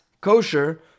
kosher